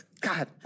God